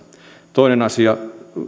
toinen asia